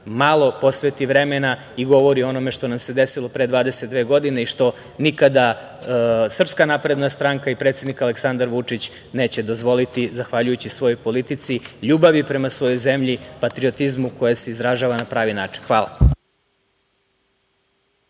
malo posveti vremena i govori o onome što nam se desilo pre 22 godine i što nikada SNS i predsednik Aleksandar Vučić neće dozvoliti, zahvaljujući svojoj politici ljubavi prema svojoj zemlji, patriotizmu koje se izražava na pravi način. Hvala.